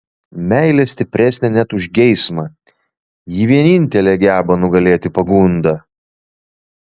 meilė stipresnė net už geismą ji vienintelė geba nugalėti pagundą